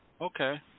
Okay